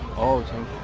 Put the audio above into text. awesome.